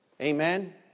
Amen